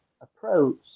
approach